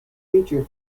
creature